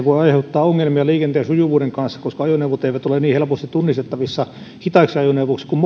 voi aiheuttaa ongelmia liikenteen sujuvuuden kanssa koska ajoneuvot eivät ole niin helposti tunnistettavissa hitaiksi ajoneuvoiksi kuin